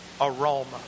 aroma